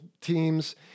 teams